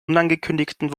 unangekündigten